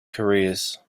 careers